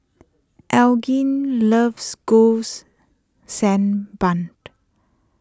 Elgin loves Goles Sand Bun